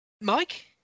Mike